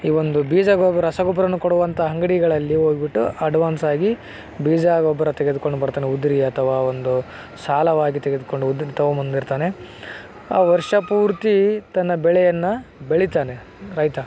ಈ ಒಂದು ಬೀಜ ಗೊಬ ರಸ ಗೊಬ್ಬರವನ್ನು ಕೊಡುವಂತ ಅಂಗಡಿಗಳಲ್ಲಿ ಹೋಗ್ಬಿಟ್ಟು ಅಡ್ವಾನ್ಸಾಗಿ ಬೀಜ ಗೊಬ್ಬರ ತೆಗೆದುಕೊಂಡು ಬರ್ತಾನೆ ಉದ್ರಿ ಅಥವಾ ಒಂದು ಸಾಲವಾಗಿ ತೆಗೆದುಕೊಂಡು ಉದ್ರಿನ ತೊಗೊಂಬಂದಿರ್ತಾನೆ ಆ ವರ್ಷ ಪೂರ್ತಿ ತನ್ನ ಬೆಳೆಯನ್ನು ಬೆಳಿತಾನೆ ರೈತ